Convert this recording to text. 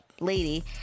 lady